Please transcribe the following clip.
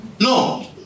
No